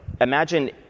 imagine